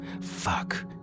Fuck